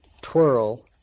twirl